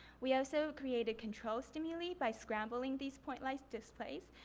we also created control stimuli by scrambling these point light displays.